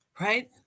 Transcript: Right